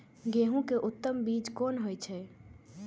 गेंहू के उत्तम बीज कोन होय छे?